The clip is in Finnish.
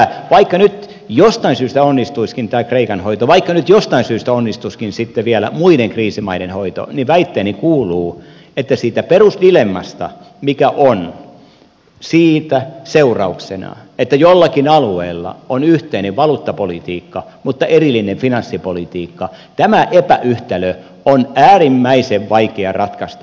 vaikka nyt jostain syystä onnistuisikin tämä kreikan hoito vaikka nyt jostain syystä onnistuisikin sitten vielä muiden kriisimaiden hoito niin väitteeni kuuluu että siitä perusdilemmasta mikä on siitä seurauksena että jollakin alueella on yhteinen valuuttapolitiikka mutta erillinen finanssipolitiikka tämä epäyhtälö on äärimmäisen vaikea ratkaista